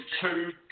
two